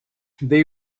they